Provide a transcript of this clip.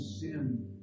sin